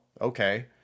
okay